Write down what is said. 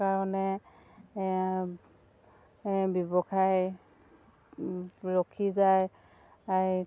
কাৰণে ব্যৱসায় ৰখি যায়